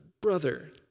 brother